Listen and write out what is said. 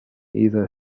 either